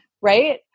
right